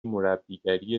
مربیگری